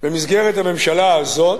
במסגרת הממשלה הזאת,